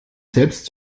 selbst